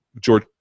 George